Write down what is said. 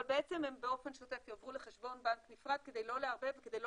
אבל בעצם הם באופן שוטף יועברו לחשבון בנק נפרד כדי לא לערבב וכדי לא